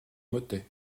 motets